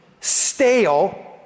stale